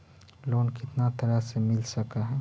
Loan कितना तरह से मिल सक है?